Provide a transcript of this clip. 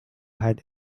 had